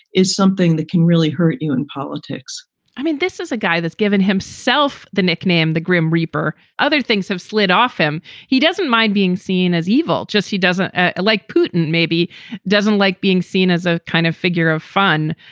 is something that can really hurt you in politics i mean, this is a guy that's given himself the nickname the grim reaper. other things have slid off him. he doesn't mind being seen as evil, just he doesn't ah like putin, maybe doesn't like being seen as a kind of figure of fun.